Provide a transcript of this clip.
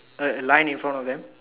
a line in front of them